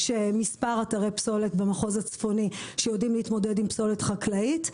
ישנם מספר אתרי פסולת במחוז הצפוני שיודעים להתמודד עם פסולת חקלאית.